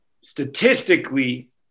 statistically